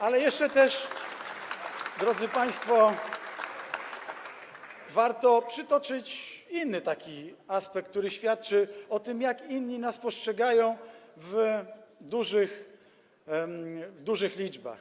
Ale jeszcze też, drodzy państwo, warto przytoczyć inny aspekt, który świadczy o tym, jak inni nas postrzegają, w dużych liczbach.